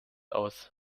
aus